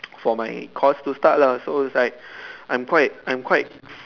for my course to start lah so it's like I'm quite I'm quite